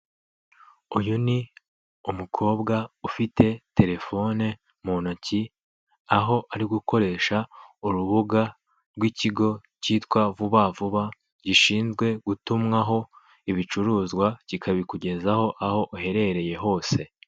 Uyu ni umukobwa ufite telefone muntoki aho ari gukoresha urubuga rw'ikigo kitwa vuba vuba gishinzwe gutumwaho ibicuruzwa kikabikugezaho aho uherereye hose.